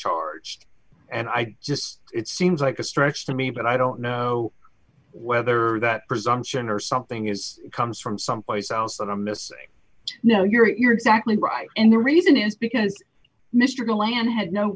charged and i just it seems like a stretch to me but i don't know whether that presumption or something is comes from someplace else that i'm missing no your your exactly right and the reason is because mr galanter had no